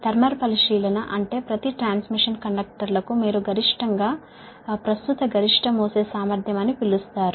thermal పరిశీలన అంటే ప్రతి ట్రాన్స్మిషన్ కండక్టర్లకు మీరు గరిష్టంగా ప్రస్తుత గరిష్ట మోసే సామర్ధ్యం అని పిలుస్తారు